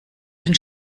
den